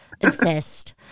Obsessed